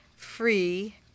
free